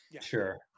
Sure